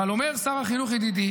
אבל אומר שר החינוך ידידי